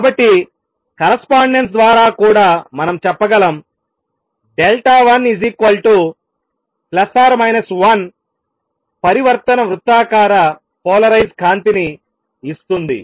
కాబట్టి కరస్పాండెన్స్ ద్వారా కూడా మనం చెప్పగలం1 1 పరివర్తన వృత్తాకార పోలరైజ్ కాంతిని ఇస్తుంది